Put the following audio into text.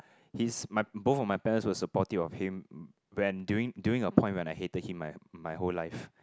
his my both of my parents were supportive of him when during during a point when I hated him my my whole life